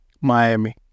Miami